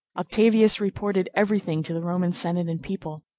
octavius reported every thing to the roman senate and people,